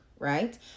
Right